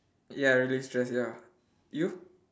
ya relieve stress ya you